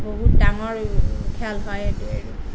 বহুত ডাঙৰ খেল হয় সেইটোৱেই আৰু